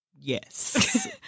Yes